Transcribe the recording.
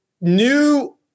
new